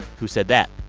who said that?